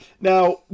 Now